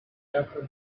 after